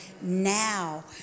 now